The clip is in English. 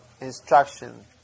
instruction